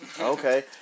Okay